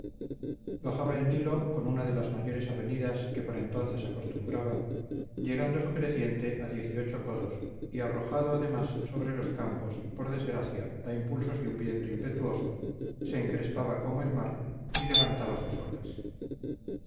cegar bajaba el nilo con una de las mayores avenidas que por entonces acostumbraba llegando su creciente a codos y arrojado además sobre los campos por desgracia a impulsos de un viento impetuoso se encrespaba como el mar y levantaba sus olas